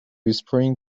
spring